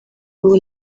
ubu